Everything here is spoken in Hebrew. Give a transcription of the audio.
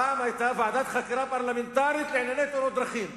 פעם היתה ועדת חקירה פרלמנטרית לענייני תאונות דרכים.